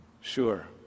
Sure